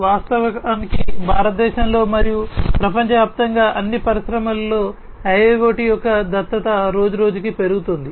వాస్తవానికి భారతదేశంలో మరియు ప్రపంచవ్యాప్తంగా అన్ని పరిశ్రమలలో IIoT యొక్క దత్తత రోజురోజుకు పెరుగుతోంది